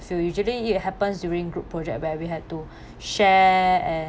so usually it happens during group project where we had to share